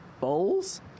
Bowls